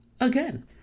again